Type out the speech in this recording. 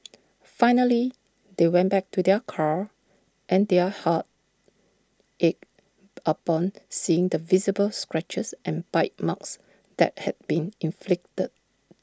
finally they went back to their car and their hearts ached upon seeing the visible scratches and bite marks that had been inflicted